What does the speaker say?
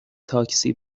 تاکسی